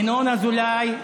ינון אזולאי,